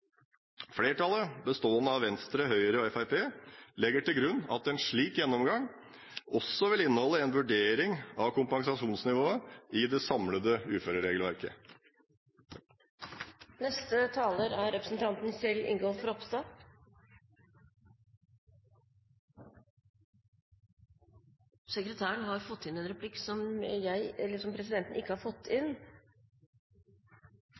Flertallet, bestående av Venstre, Høyre og Fremskrittspartiet, legger til grunn at en slik gjennomgang også vil inneholde en vurdering av kompensasjonsnivået i det samlede uføreregelverket. Det åpnes for replikkordskifte. Siden Fremskrittspartiet ofret en replikk på meg, får jeg vel gi en tilbake. Representanten startet innlegget sitt med å si at det ikke